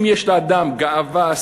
אם יש לאדם גאווה,